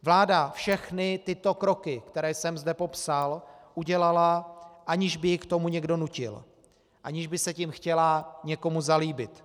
Vláda všechny tyto kroky, které jsem zde popsal, udělala, aniž by ji k tomu někdo nutil, aniž by se tím chtěla někomu zalíbit.